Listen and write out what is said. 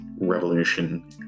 revolution